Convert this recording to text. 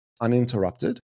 uninterrupted